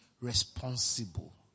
responsible